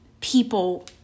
people